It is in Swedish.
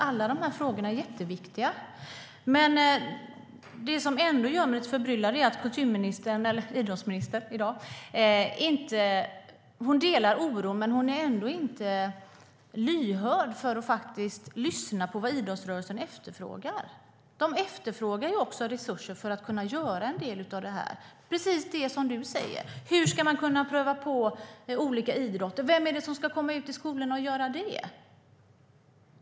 Dessa frågor är jätteviktiga, men det som ändå gör mig förbryllad att kulturministern - eller idrottsministern - delar oron, men hon är inte lyhörd för vad idrottsrörelsen efterfrågar. Man efterfrågar ju resurser för att kunna åstadkomma en del av detta. Hur ska man kunna pröva på olika idrotter? Vem ska komma ut till skolorna och visa upp sig?